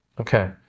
Okay